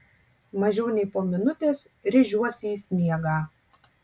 mažiau nei po minutės rėžiuosi į sniegą